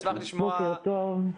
כן.